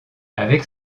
avec